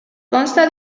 consta